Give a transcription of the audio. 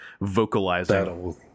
vocalizing